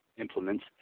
implements